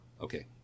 Okay